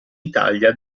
italia